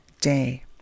day